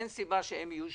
אין סיבה שהם יהיו שונים.